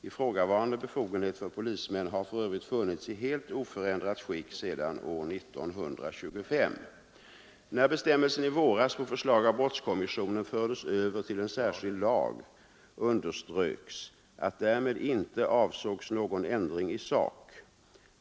Ifrågavarande befogenhet för polismän har för övrigt funnits i helt oförändrat skick sedan år 1925. När bestämmelsen i våras på förslag av brottskommissionen fördes över till en särskild lag underströks att därmed inte avsågs någon ändring i sak.